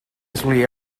isle